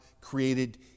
created